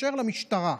תתקשר למשטרה.